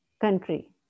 country